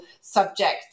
subject